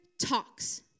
talks